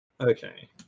Okay